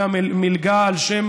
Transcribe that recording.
והמלגה על שם